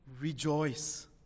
rejoice